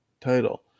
title